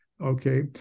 okay